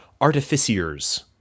artificiers